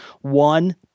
one